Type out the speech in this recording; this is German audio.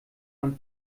man